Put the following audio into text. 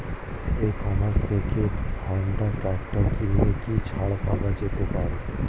E commerce থেকে Honda tractor কিনলে কি ছাড় পাওয়া যেতে পারে?